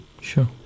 Sure